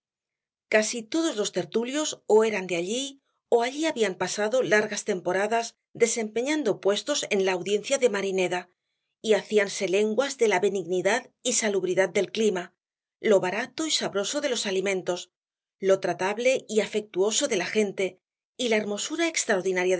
casi todos los tertulios ó eran de allí ó allí habían pasado largas temporadas desempeñando puestos en la audiencia de marineda y hacíanse lenguas de la benignidad y salubridad del clima lo barato y sabroso de los alimentos lo tratable y afectuoso de la gente y la hermosura